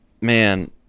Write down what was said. man